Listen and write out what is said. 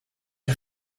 een